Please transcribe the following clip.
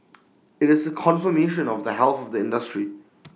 IT is A confirmation of the health of the industry